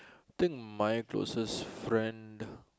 think my closest friend